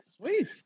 sweet